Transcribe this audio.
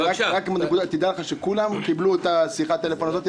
תדע לך שכולם קיבלו את שיחת הטלפון הזאת,